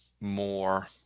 more